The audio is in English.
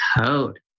Code